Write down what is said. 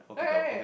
right right right